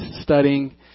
studying